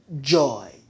joy